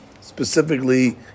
specifically